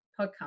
podcast